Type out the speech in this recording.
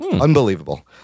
Unbelievable